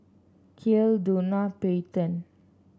Kael Dona Peyton